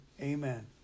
amen